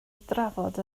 drafod